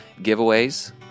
giveaways